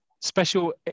Special